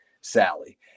Sally